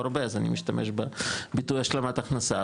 הרבה אז אני משתמש בביטוי 'השלמת הכנסה'.